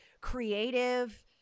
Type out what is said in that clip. creative